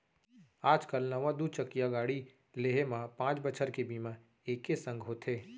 आज काल नवा दू चकिया गाड़ी लेहे म पॉंच बछर के बीमा एके संग होथे